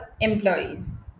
employees